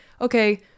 okay